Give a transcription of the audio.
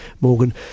Morgan